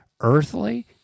earthly